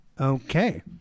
Okay